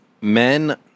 men